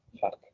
Fuck